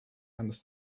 and